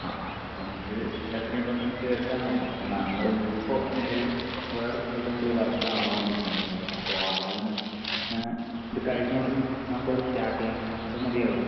ആ ആ അപ്പം നമുക്ക് എത്രയും പെട്ടെന്ന് തീർക്കാൻ നോക്കാം അപ്പം നമ്മൾ ഇപ്പോൾ നിലവിൽ വേറെ സ്ഥലത്തും കൂടി വർക്ക് നടന്നു കൊണ്ട് ഇരിക്കുന്നുണ്ട് ഇതേ പോലെ അപ്പോൾ അവിടെനിന്ന് ഇത് കഴിഞ്ഞ ഉടനെ നമുക്ക് ഇവിടെ സ്റ്റാർട്ട് ചെയ്യാം അത് മതി ആകുമല്ലോ